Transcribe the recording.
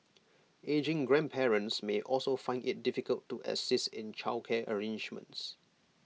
ageing grandparents may also find IT difficult to assist in childcare arrangements